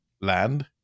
land